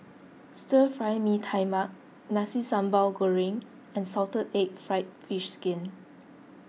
Stir Fry Mee Tai Mak Nasi Sambal Goreng and Salted Egg Fried Fish Skin